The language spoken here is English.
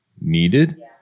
needed